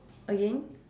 again